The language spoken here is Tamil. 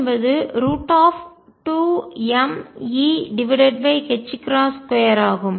என்பது 2mE2 ஆகும்